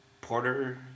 porter